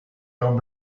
ill